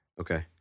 Okay